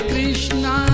Krishna